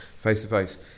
face-to-face